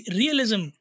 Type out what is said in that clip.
realism